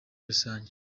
rusange